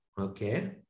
okay